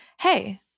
hey